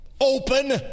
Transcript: open